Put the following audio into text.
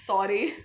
Sorry